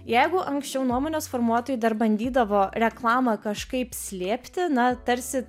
jeigu anksčiau nuomonės formuotojai dar bandydavo reklamą kažkaip slėpti na tarsi